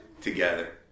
together